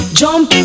jump